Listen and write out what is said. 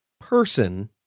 person